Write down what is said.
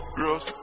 girls